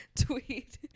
tweet